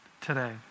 today